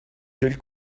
quelle